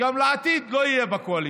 שגם בעתיד הוא לא יהיה בקואליציה.